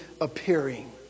appearing